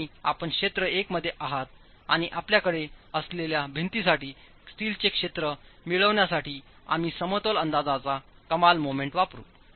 आणि आपण क्षेत्र 1 मध्ये आहात आणि आपल्याकडे असलेल्या भिंतीसाठी स्टीलचे क्षेत्र मिळवण्यासाठीआम्हीसमतोल अंदाजाचा कमाल मोमेंटवापरू